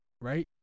right